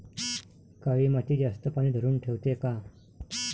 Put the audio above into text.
काळी माती जास्त पानी धरुन ठेवते का?